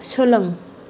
सोलों